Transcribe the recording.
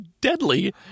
deadly